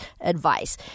advice